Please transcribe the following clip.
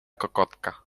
kokotka